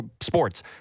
sports